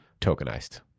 tokenized